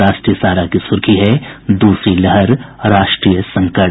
राष्ट्रीय सहारा का शीर्षक है दूसरी लहर राष्ट्रीय संकट